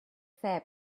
fair